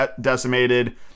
decimated